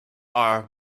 are